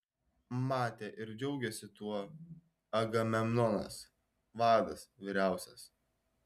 matė ir džiaugėsi tuo agamemnonas vadas vyriausias